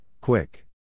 quick